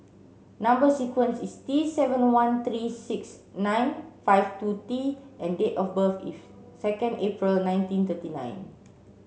number sequence is T seven one three six nine five two T and date of birth is second April nineteen thirty nine